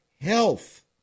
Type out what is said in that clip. Health